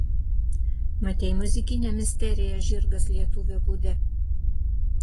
matei muzikinę misteriją žirgas lietuvio būde